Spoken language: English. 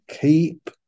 keep